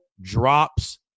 drops